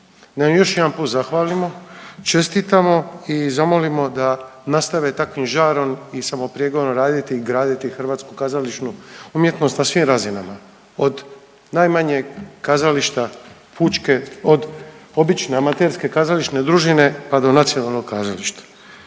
još jedan put zahvalimo, čestitamo i zamolimo da nastave takvim žarom i …/Govornik se ne razumije/…raditi i graditi hrvatsku kazališnu umjetnost na svim razinama, od najmanjeg kazališta, fućke, od obične amaterske kazališne družine, pa do nacionalnog kazališta.